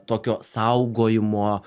tokio saugojimo